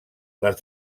les